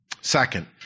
Second